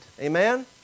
Amen